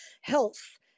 health